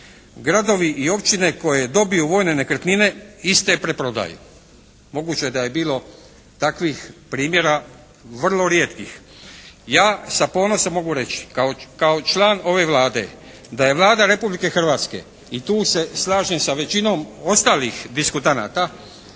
"Gradovi i općine koje dobiju vojne nekretnine iste preprodaju." Moguće je da je bilo takvih primjera, vrlo rijetkih. Ja sa ponosom mogu reći kao član ove Vlade, da je Vlada Republike Hrvatske i tu se slažem sa većinom ostalih diskutanata,